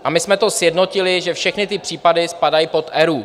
A my jsme to sjednotili, že všechny ty případy spadají pod ERÚ.